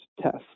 test